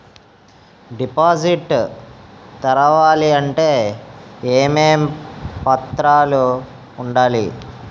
Deposit తెరవాలి అంటే ఏమేం పత్రాలు ఉండాలి?